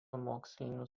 mokslinių